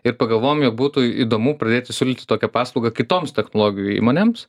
ir pagalvojom jog būtų įdomu pradėti siūlyti tokią paslaugą kitoms technologijų įmonėms